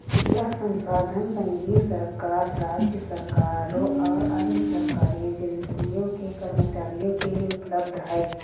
यह संसाधन संघीय सरकार, राज्य सरकारों और अन्य सरकारी एजेंसियों के कर्मचारियों के लिए उपलब्ध है